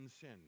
sin